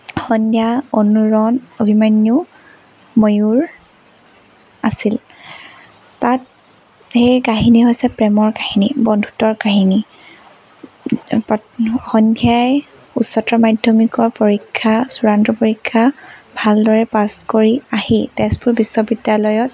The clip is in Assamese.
সন্ধ্য়া অনুৰণ অভিমন্য়ূ ময়ূৰ আছিল তাত সেই কাহিনী হৈছে প্ৰেমৰ কাহিনী বন্ধুত্বৰ কাহিনী সন্ধ্যাই উচ্চতৰ মাধ্যমিকৰ পৰীক্ষা চূড়ান্ত পৰীক্ষা ভালদৰে পাছ কৰি আহি তেজপুৰ বিশ্ববিদ্যালয়ত